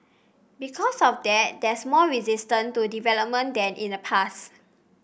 because of that there's more resistance to development than in the past